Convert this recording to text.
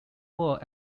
word